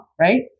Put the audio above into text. right